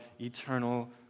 eternal